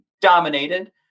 dominated